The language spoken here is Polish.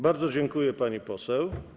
Bardzo dziękuję, pani poseł.